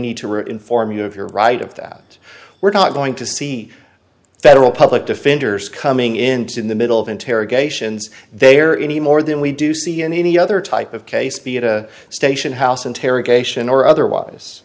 need to rule inform you of your right of that we're not going to see federal public defenders coming into in the middle of interrogations there any more than we do see in any other type of case be it a station house interrogation or otherwise